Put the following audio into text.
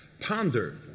ponder